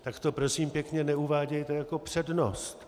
Tak to prosím pěkně neuvádějte jako přednost.